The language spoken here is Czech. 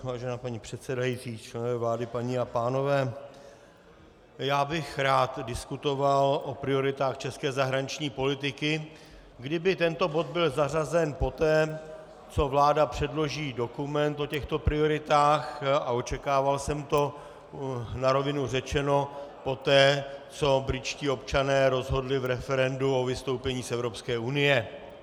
Vážená paní předsedající, členové vlády, paní a pánové, já bych rád diskutoval o prioritách české zahraniční politiky, kdyby tento bod byl zařazen poté, co vláda předloží dokument o těchto prioritách, a očekával jsem to, na rovinu řečeno, poté, co britští občané rozhodli v referendu o vystoupení z Evropské unie.